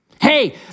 Hey